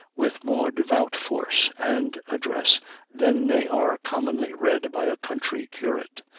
with more devout force and address than they are commonly read by a country curate,